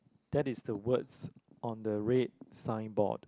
that is the words on the red signboard